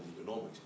economics